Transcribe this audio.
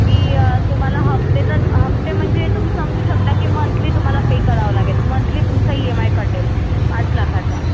की तुम्हाला हफ्ते तर हफ्ते म्हणजे तुम्ही समजू शकता की मंथली तुम्हाला पे करावं लागेल मंथली तुमचा ई एम आय कटेल पाच लाखाचा